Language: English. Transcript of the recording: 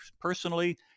personally